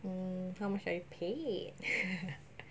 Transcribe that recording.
mm how much are you paid